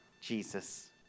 Jesus